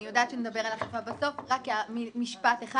אני יודעת שנדבר על אכיפה בסוף, רק משפט אחד: